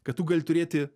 kad tu gali turėti